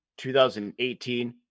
2018